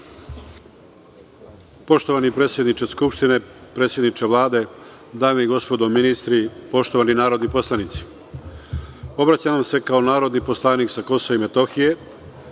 Poštovani predsedniče Skupštine, predsedniče Vlade, dame i gospodo ministri, poštovani narodni poslanici, obraćam vam se kao narodni poslanik sa Kosova i Metohije.